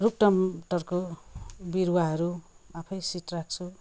रुख टमाटरको बिरुवाहरू आफै सिड राख्छु